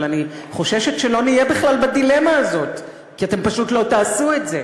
אבל אני חוששת שלא נהיה בכלל בדילמה הזאת כי אתם פשוט לא תעשו את זה.